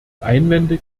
einwände